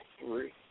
three